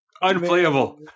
Unplayable